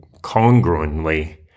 congruently